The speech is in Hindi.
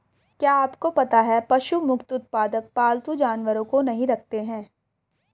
क्या आपको पता है पशु मुक्त उत्पादक पालतू जानवरों को नहीं रखते हैं?